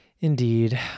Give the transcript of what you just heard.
Indeed